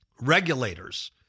Regulators